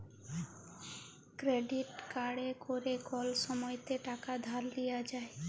credit কাড়ে ক্যরে কল সময়তে টাকা ধার লিয়া যায়